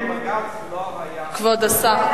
הבג"ץ לא היה על זה, כבוד השר.